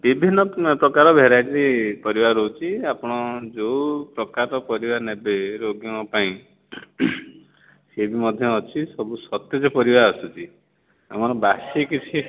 ବିଭିନ୍ନ ପ୍ରକାର ଭେରାଇଟି ପରିବା ରହୁଛି ଆପଣ ଯେଉଁ ପ୍ରକାରର ପରିବା ନେବେ ରୋଗୀଙ୍କ ପାଇଁ ସେ ବି ମଧ୍ୟ ଅଛି ସବୁ ସତେଜ ପରିବା ଆସୁଛି ଆମର ବାସୀ କିଛି